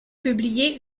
publié